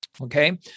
okay